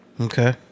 Okay